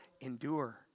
endure